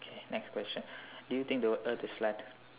okay next question do you think the earth is flat